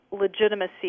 legitimacy